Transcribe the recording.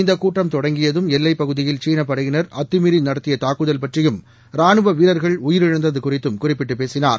இந்த கூட்டம் தொடங்கியதும் எல்லைப்பகுதியில் சீன படையினா் அத்தமீறி நடத்திய தாக்குதல் பற்றியும் ராணுவ வீரர்கள் உயிரிழந்தது குறித்தும் குறிப்பிட்டு பேசினார்